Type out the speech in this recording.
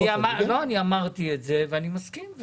אני אמרתי את זה ואני מסכים.